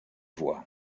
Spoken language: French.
voie